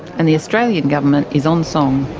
and the australian government is on song.